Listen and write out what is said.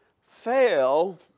fail